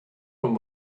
from